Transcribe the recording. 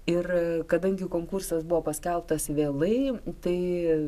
ir kadangi konkursas buvo paskelbtas vėlai tai